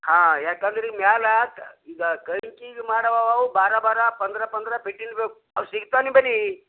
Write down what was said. ಹಾಂ ಯಾಕಂದ್ರೆ ಮ್ಯಾಲೆ ಈಗ ಮಾಡುವವು ಬಾರ ಬಾರ ಪಂದ್ರ ಪಂದ್ರ ಬೇಕು ಅವು ಸಿಗತ್ತಾ ನಿಂಬಲ್ಲಿ